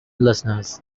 listeners